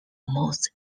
most